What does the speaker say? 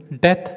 death